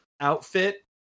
outfit